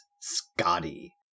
Scotty